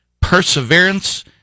perseverance